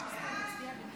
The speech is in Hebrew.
38 בעד, שמונה מתנגדים.